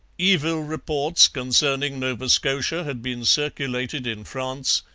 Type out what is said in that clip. evil reports concerning nova scotia had been circulated in france,